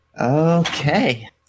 Okay